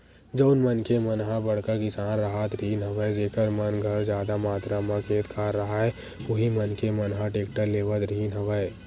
जउन मनखे मन ह बड़का किसान राहत रिहिन हवय जेखर मन घर जादा मातरा म खेत खार राहय उही मनखे मन ह टेक्टर लेवत रिहिन हवय